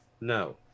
No